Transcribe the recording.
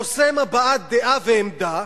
חוסם הבעת דעה ועמדה,